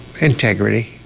Integrity